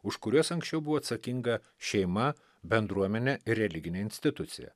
už kuriuos anksčiau buvo atsakinga šeima bendruomenė ir religinė institucija